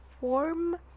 warm